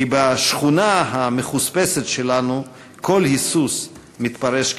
כי בשכונה המחוספסת שלנו כל היסוס מתפרש כחולשה.